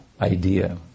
idea